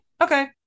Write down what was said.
okay